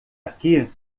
aqui